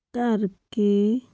ਕਰਕੇ